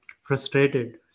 frustrated